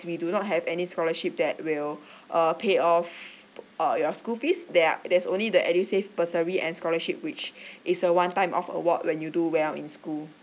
we do not have any scholarship that will err pay off err your school fees there are there's only the edusave bursary and scholarship which is a one time off award when you do well in school